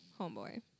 homeboy